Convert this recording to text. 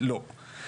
לא.